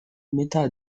metà